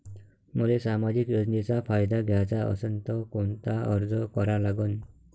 मले सामाजिक योजनेचा फायदा घ्याचा असन त कोनता अर्ज करा लागन?